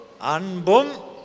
anbum